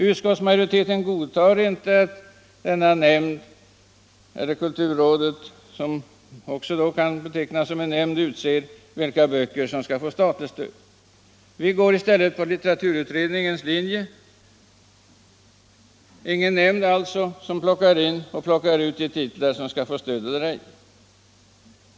Utskottsmajoriteten godtar inte att denna nämnd -— eller kulturrådet som också kan betecknas som en nämnd — utser vilka böcker som skall få statligt stöd. Vi följer i stället litteraturutredningens linje: ingen nämnd som plockar in och ut de titlar som skall få stöd eller ej.